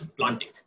planting